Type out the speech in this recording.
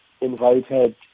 invited